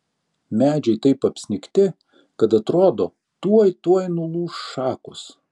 medžiai taip apsnigti kad atrodo tuoj tuoj nulūš šakos